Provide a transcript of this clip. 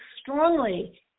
strongly